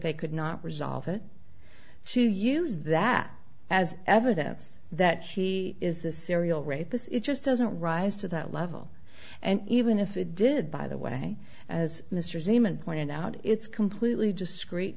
they could not resolve it she use that as evidence that she is the serial rapist it just doesn't rise to that level and even if it did by the way as mr zeman pointed out it's completely discreet